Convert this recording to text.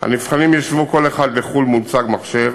הנבחנים ישבו כל אחד לחוד מול צג מחשב,